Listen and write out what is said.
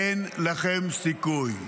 אין לכם סיכוי.